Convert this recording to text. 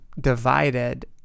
divided